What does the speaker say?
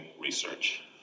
research